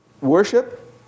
Worship